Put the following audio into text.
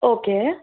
okay